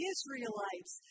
Israelites